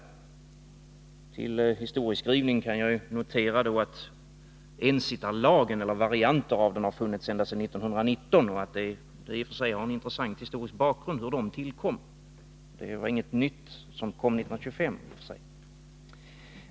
Med anledning av historieskrivningen kan jag notera att ensittarlagen eller varianter av den har funnits ända sedan 1919 och att det i och för sig har en intressant historisk bakgrund då den tillkom och att det inte var någonting nytt som kom till 1925.